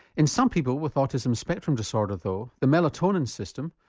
in some people with autism spectrum disorder though, the melatonin system,